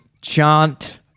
chant